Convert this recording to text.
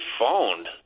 phoned